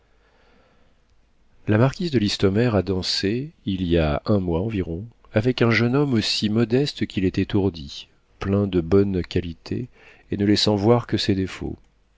la marquise de listomère a dansé il y a un mois environ avec un jeune homme aussi modeste qu'il est étourdi plein de bonnes qualités et ne laissant voir que ses défauts